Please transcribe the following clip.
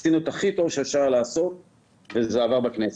עשינו את הכי טוב שאפשר לעשות וזה עבר בכנסת.